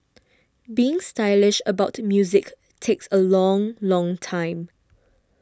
being stylish about music takes a long long time